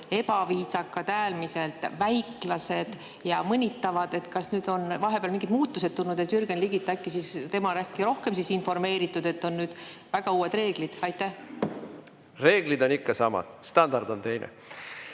ebaviisakad, äärmiselt väiklased ja mõnitavad. Kas nüüd on vahepeal mingid muutused tulnud? Jürgen Ligi on äkki rohkem informeeritud, et on väga uued reeglid. Reeglid on ikka samad, standard on teine.